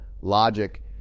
logic